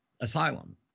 asylum